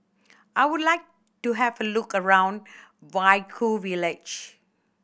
I would like to have a look around Vaiaku village